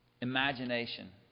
imagination